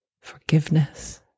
forgiveness